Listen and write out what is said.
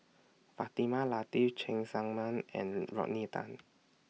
Fatimah Lateef Cheng Tsang Man and Rodney Tan